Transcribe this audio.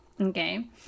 Okay